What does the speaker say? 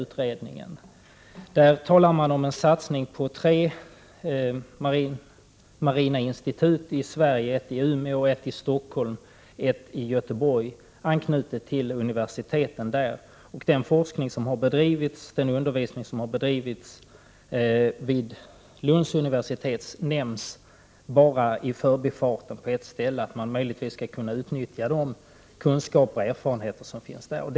Utredningen talar om satsning på tre marina institut i Sverige: i Umeå, Stockholm och Göteborg, anknutna till universiteten där. Den forskning och undervisning som bedrivits vid Lunds universitet nämns bara i förbifarten på ett ställe där det sägs att man möjligtvis skall kunna utnyttja de kunskaper och erfarenheter som finns i Lund.